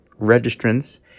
registrants